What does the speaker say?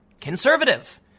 conservative